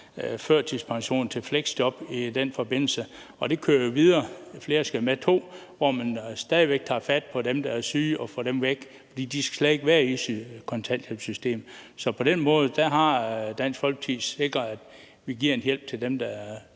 førtidspension eller til fleksjob i den forbindelse. Og det kører jo videre, så flere kommer med i runde to, hvor man stadig væk tager fat på dem, der er syge, og får dem væk, for de skal slet ikke være i kontanthjælpssystemet. Så på den måde har Dansk Folkeparti sikret, at vi giver en hjælp til dem, der er syge.